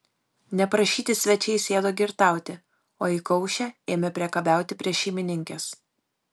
neprašyti svečiai sėdo girtauti o įkaušę ėmė priekabiauti prie šeimininkės